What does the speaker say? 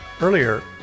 Earlier